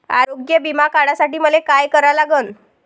आरोग्य बिमा काढासाठी मले काय करा लागन?